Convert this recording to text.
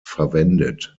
verwendet